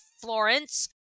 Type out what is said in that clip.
Florence